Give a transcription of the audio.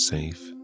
safe